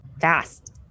fast